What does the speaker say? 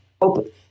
open—